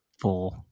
four